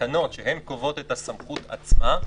התקנות שהן קובעות את הסמכות עצמה,